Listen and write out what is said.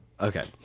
okay